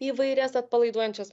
įvairias atpalaiduojančias